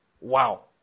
Wow